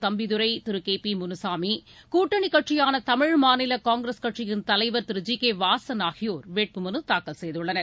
தம்பிதுரை திரு K P Munusamy கூட்டணி கட்சியான தமிழ்மாநில காங்கிரஸ் கட்சியின் தலைவர் திரு ஜி கே வாசன் ஆகியோர் வேட்புமனு தாக்கல் செய்துள்ளனர்